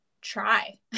try